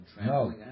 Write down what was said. No